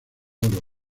oro